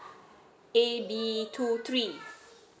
A B two three